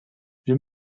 wir